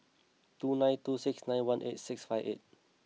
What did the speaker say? two nine two six nine one eight six five eight